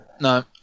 No